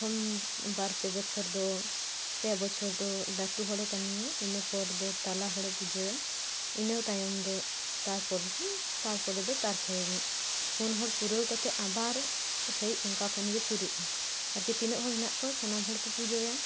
ᱯᱨᱚᱛᱷᱚᱢ ᱵᱟᱨ ᱯᱮ ᱵᱚᱪᱷᱚᱨ ᱫᱚ ᱯᱮ ᱵᱚᱪᱷᱚᱨ ᱫᱚ ᱞᱟᱹᱴᱩ ᱦᱚᱲᱮ ᱠᱟᱹᱢᱤᱭᱟ ᱤᱱᱟᱹ ᱯᱚᱨ ᱫᱚ ᱛᱟᱞᱟ ᱦᱚᱲᱮ ᱯᱩᱡᱳᱭᱟ ᱤᱱᱟᱹ ᱛᱟᱭᱚᱢ ᱫᱚ ᱛᱟᱨᱯᱚᱨᱮ ᱱᱤᱡ ᱛᱟᱨᱯᱚᱨᱮ ᱫᱚ ᱛᱟᱨᱯᱚᱨᱮ ᱱᱤᱡ ᱯᱩᱱ ᱦᱚᱲ ᱯᱩᱨᱟᱹᱣ ᱠᱟᱛᱮᱫ ᱟᱵᱟᱨ ᱥᱮᱭ ᱚᱱᱠᱟ ᱠᱷᱚᱱ ᱜᱮ ᱥᱩᱨᱩᱜᱼᱟ ᱟᱨᱠᱤ ᱛᱤᱱᱟᱸᱜ ᱦᱚᱲ ᱦᱮᱱᱟᱜ ᱠᱚᱣᱟ ᱥᱟᱱᱟᱢ ᱦᱚᱲ ᱠᱚ ᱯᱩᱡᱳᱭᱟ